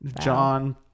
john